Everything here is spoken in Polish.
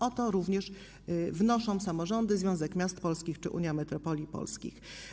O to również wnoszą samorządy, Związek Miast Polskich czy Unia Metropolii Polskich.